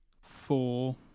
four